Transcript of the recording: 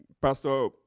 Pastor